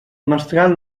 mestral